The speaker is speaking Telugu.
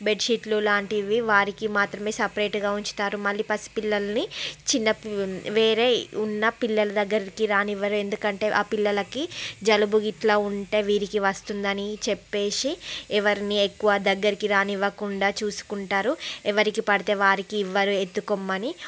బెడ్షీట్లు లాంటివి వారికి మాత్రమే సపరేట్గా ఉంచుతారు మళ్ళీ పసి పిల్లల్ని చిన్న పి వేరే ఉన్న పిల్లల దగ్గరికి రానివ్వరు ఎందుకంటే ఆ పిల్లలకి జలుబు గిట్ల ఉంటే వీరికి వస్తుంది అని చెప్పేసి ఎవరినీ ఎక్కువ దగ్గరికి రానివ్వకుండా చూసుకుంటారు ఎవరికి పడితే వారికి ఇవ్వరు ఎత్తుకొమ్మని